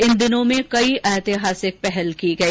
इन दिनों में कई ऐतिहासिक पहल की गई